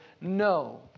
no